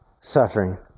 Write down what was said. suffering